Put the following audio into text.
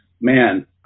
man